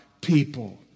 people